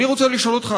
אני רוצה לשאול אותך,